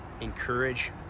encourage